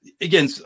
again